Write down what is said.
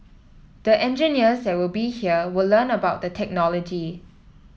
the engineers that will be here will learn about the technology